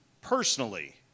personally